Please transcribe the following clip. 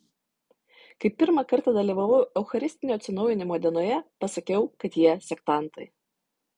kai pirmą kartą dalyvavau eucharistinio atsinaujinimo dienoje pasakiau kad jie sektantai